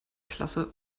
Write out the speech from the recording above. klasse